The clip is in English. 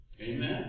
Amen